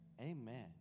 Amen